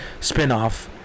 spinoff